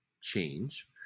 change